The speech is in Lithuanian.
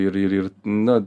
ir ir ir na